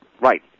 Right